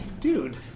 dude